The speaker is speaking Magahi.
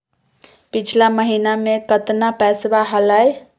पिछला महीना मे कतना पैसवा हलय?